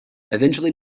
eventually